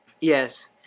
Yes